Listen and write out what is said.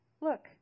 Look